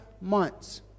months